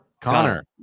Connor